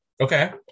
Okay